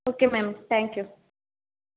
okay ma'am thank you